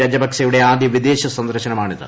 രാജപക്സെയുടെ ആദ്യ വിദേശ സന്ദർശനമാണിത്